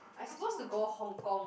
I suppose to go Hong-Kong